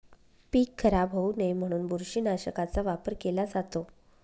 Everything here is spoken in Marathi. पीक खराब होऊ नये म्हणून बुरशीनाशकाचा वापर केला जातो